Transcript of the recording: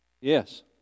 Yes